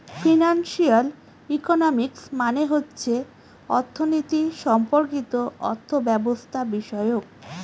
financial economics মানে হচ্ছে অর্থনীতি সম্পর্কিত অর্থব্যবস্থাবিষয়ক